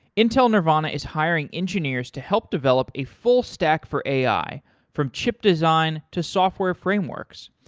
intel nervana is hiring engineers to help develop a full stack for ai from chip design to software frameworks.